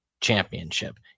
championship